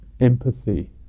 empathy